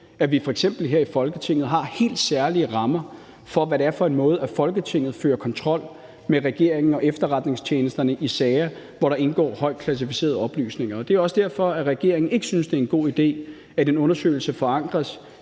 at vi f.eks. her i Folketinget har helt særlige rammer for, hvad det er for en måde, Folketinget fører kontrol med regeringen og efterretningstjenesterne på i sager, hvor der indgår højt kvalificerede oplysninger. Det er også derfor, at regeringen ikke synes, det er en god idé, at en undersøgelse forankres